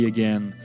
Again